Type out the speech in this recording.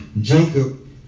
Jacob